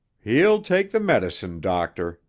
he'll take the medicine, doctor,